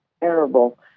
terrible